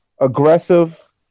aggressive